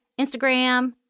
Instagram